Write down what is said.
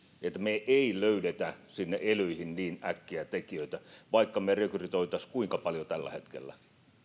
että me emme löydä sinne elyihin niin äkkiä tekijöitä vaikka me rekrytoisimme kuinka paljon tällä hetkellä